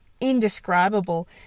indescribable